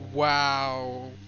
Wow